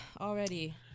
already